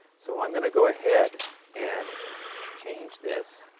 so, i'm going to go ahead and change this,